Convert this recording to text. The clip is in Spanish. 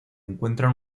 encuentran